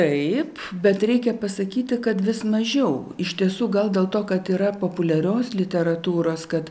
taip bet reikia pasakyti kad vis mažiau iš tiesų gal dėl to kad yra populiarios literatūros kad